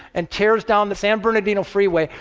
and tears down the san bernardino freeway,